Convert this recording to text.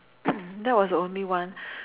that was only one